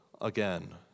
again